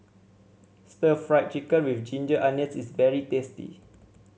Stir Fried Chicken with Ginger Onions is very tasty